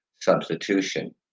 substitution